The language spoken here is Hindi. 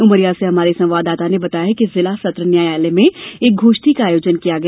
उमरिया से हमारे संवाददाता ने बताया है कि जिला सत्र न्यायालय में एक गोष्ठी का आयोजन किया गया